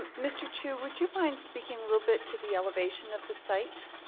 ah mr. chu, would you mind speaking a little bit to the elevation of the site,